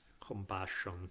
compassion